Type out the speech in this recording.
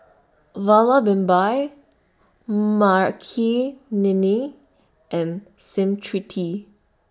Vallabhbhai Makineni and Smriti